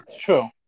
True